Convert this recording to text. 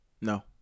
No